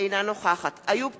אינה נוכחת איוב קרא,